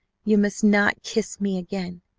you must not kiss me again.